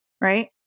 right